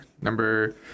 Number